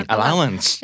Allowance